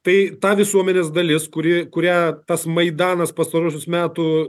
tai ta visuomenės dalis kuri kurią tas maidanas pastaruosius metų